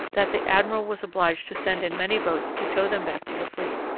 that the admiral was obliged to send in many boats to tow them back to the fleet.